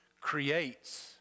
creates